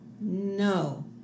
No